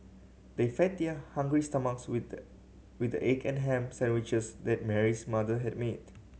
they fed their hungry stomachs with the with the egg and ham sandwiches that Mary's mother had made